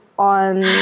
on